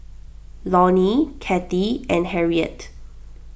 Lonie Kathie and Harriett